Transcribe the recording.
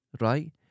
right